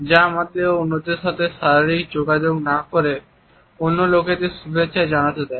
যা আমাদের অন্যদের সাথে শারীরিক যোগাযোগ না করে অন্য লোকেদের শুভেচ্ছা জানাতে দেয়